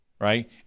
right